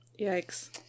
Yikes